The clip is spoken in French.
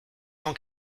cent